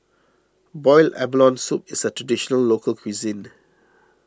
Boiled Abalone Soup is a Traditional Local Cuisine